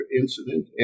incident